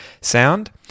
sound